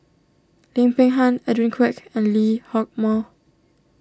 Lim Peng Han Edwin Koek and Lee Hock Moh